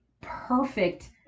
perfect